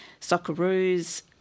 Socceroos